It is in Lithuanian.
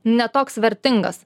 ne toks vertingas